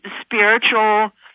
spiritual